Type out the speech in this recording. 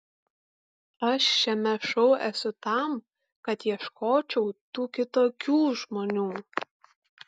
aš šiame šou esu tam kad ieškočiau tų kitokių žmonių